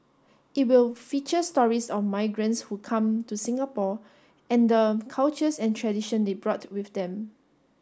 it will feature stories of migrants who come to Singapore and the cultures and tradition they brought with them